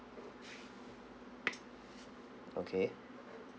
okay